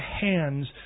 hands